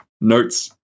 notes